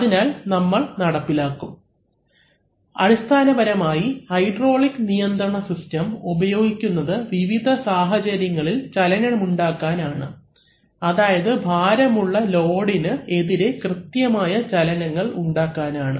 അതിനാൽ നമ്മൾ നടപ്പിലാക്കും അടിസ്ഥാനപരമായി ഹൈഡ്രോളിക് നിയന്ത്രണ സിസ്റ്റം ഉപയോഗിക്കുന്നത് വിവിധ സാഹചര്യങ്ങളിൽ ചലനമുണ്ടാക്കാൻ ആണ് അതായത് ഭാരമുള്ള ലോഡിന് എതിരെ കൃത്യമായ ചലനങ്ങൾ ഉണ്ടാക്കാനാണ്